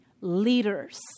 leaders